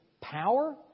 power